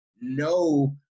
no